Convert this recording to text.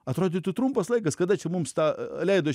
atrodytų trumpas laikas kada čia mums tą leido